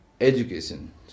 education